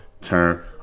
Turn